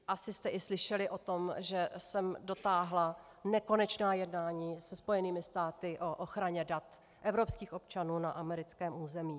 Asi jste i slyšeli o tom, že jsem dotáhla nekonečná jednání se Spojenými státy o ochraně dat evropských občanů na americkém území.